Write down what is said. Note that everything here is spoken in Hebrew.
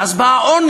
ואז בא העוני.